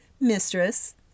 mistress